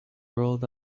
rolled